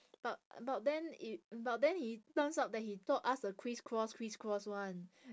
but but then it but then he turns out that he taught us the criss cross criss cross [one]